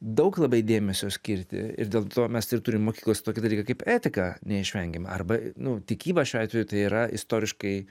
daug labai dėmesio skirti ir dėl to mes ir turim mokyklose tokį dalyką kaip etika neišvengiamai arba nu tikyba šiuo atveju tai yra istoriškai